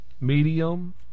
medium